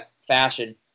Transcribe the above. fashion